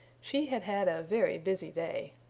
she had had a very busy day.